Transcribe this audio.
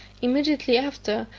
immediately after,